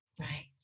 Right